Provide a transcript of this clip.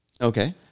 Okay